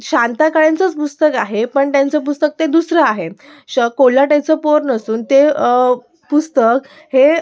शांता काळेंचंच पुस्तक आहे पण त्यांचं पुस्तक ते दुसरं आहे श कोल्हाट्याचं पोर नसून ते पुस्तक हे